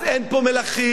אז אין פה מלכים,